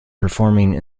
performing